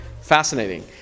Fascinating